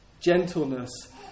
gentleness